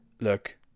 look